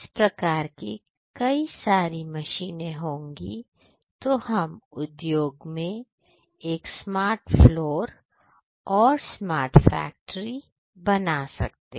इस प्रकार की कई सारी मशीनें होंगी तो हम उद्योग में एक स्मार्ट फ्लोर और स्मार्ट फैक्ट्री बना सकते हैं